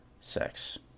Sex